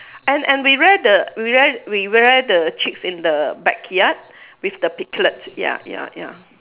and and we rear the we rear we rear the chicks in the backyard with the piglet ya ya ya